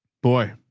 boy.